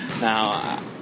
Now